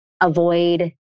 avoid